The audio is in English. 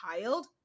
child